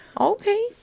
Okay